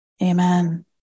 Amen